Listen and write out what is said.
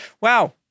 Wow